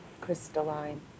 Crystalline